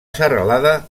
serralada